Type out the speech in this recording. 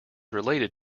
related